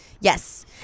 Yes